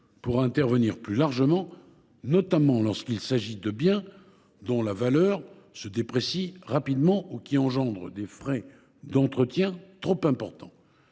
pourra intervenir plus largement, notamment lorsqu’il s’agit de biens dont la valeur se déprécie rapidement ou qui engendrent des frais d’entretien trop importants.